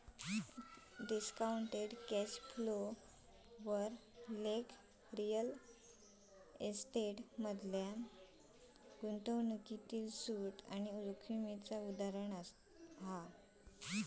discounted cash flow वर लेख real estate मधल्या गुंतवणूकीतील सूट आणि जोखीमेचा उदाहरण हा